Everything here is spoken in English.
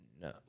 No